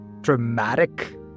dramatic